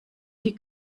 die